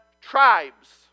tribes